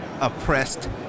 oppressed